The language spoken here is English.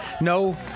No